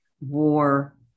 war